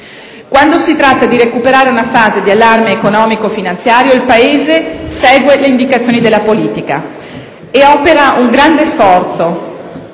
Quando si tratta di recuperare una fase di allarme economico-finanziario, il Paese segue le indicazioni della politica e ha dimostrato